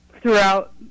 throughout